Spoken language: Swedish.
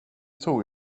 tror